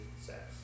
sex